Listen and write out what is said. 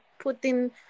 Putin